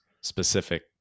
specific